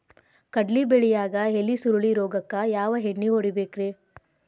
ಕಡ್ಲಿ ಬೆಳಿಯಾಗ ಎಲಿ ಸುರುಳಿ ರೋಗಕ್ಕ ಯಾವ ಎಣ್ಣಿ ಹೊಡಿಬೇಕ್ರೇ?